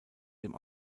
dem